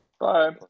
Bye